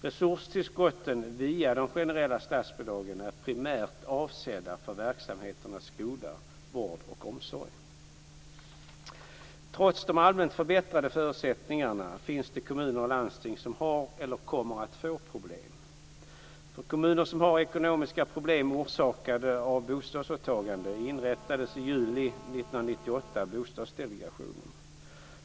Resurstillskotten via de generella statsbidragen är primärt avsedda för verksamheterna skola, vård och omsorg. Trots de allmänt förbättrade förutsättningarna finns det kommuner och landsting som har eller kommer att få problem. För kommuner som har ekonomiska problem orsakade av bostadsåtaganden inrättades i juli 1998 Bostadsdelegationen.